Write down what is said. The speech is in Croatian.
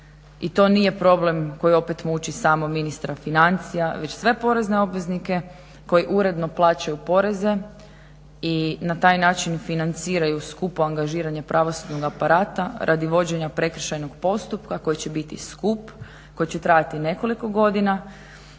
I to nije problem koji opet muči samo ministra financija već sve porezne obveznike koji uredno plaćaju poreze i na taj način financiraju skupo angažiranje pravosudnog aparata radi vođenja prekršajnog postupka koji će biti skup, koji će trajati nekoliko godina,